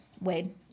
Wade